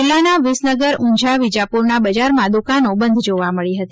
જિલ્લાના વિસનગર ઊંઝા વિજાપુરના બજારમાં દુકાનો બંધ જોવા મળી હતી